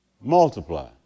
multiply